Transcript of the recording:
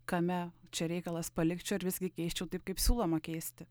kame čia reikalas palikčiau ar visgi keisčiau taip kaip siūloma keisti